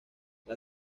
las